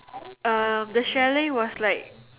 uh the chalet was like